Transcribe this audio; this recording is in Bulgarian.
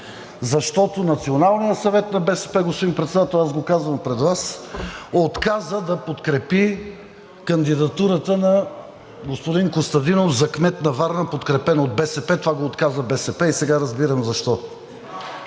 аз го казвам пред Вас, отказа да подкрепи кандидатурата на господин Костадинов за кмет на Варна, подкрепен от БСП! Това го отказа БСП и сега разбирам защо.